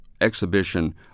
exhibition